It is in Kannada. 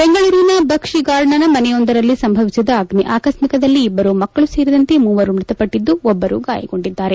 ಬೆಂಗಳೂರಿನ ಬಕ್ಷಿ ಗಾರ್ಡನ್ನ ಮನೆಯೊಂದರಲ್ಲಿ ಸಂಭವಿಸಿದ ಅಗ್ನಿ ಆಕಸ್ತಿಕದಲ್ಲಿ ಇಬ್ಬರು ಮಕ್ಕಳು ಸೇರಿದಂತೆ ಮೂವರು ಮೃತಪಟ್ಟಿದ್ದು ಒಬ್ಲರು ಗಾಯಗೊಂಡಿದ್ದಾರೆ